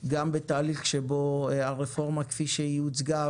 גם בתהליך שבו הרפורמה כפי שהיא הוצגה